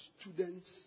students